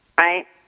right